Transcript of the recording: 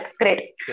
great